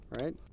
Right